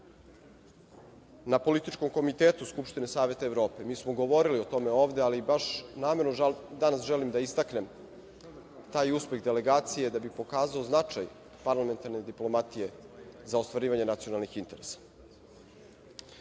na političkom Komitetu Skupštine Saveta Evrope. Mi smo govorili ovde o tome, ali baš namerno danas želim da istaknem taj uspeh delegacije, da bih pokazao značaj parlamentarne diplomatije za ostvarivanje nacionalnih interesa.Za